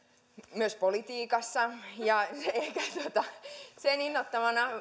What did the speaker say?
myös politiikassa ja sen innoittamana